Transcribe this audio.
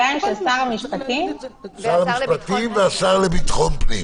מצד שני אין לנו מנגנון אחר.